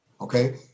Okay